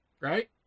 Right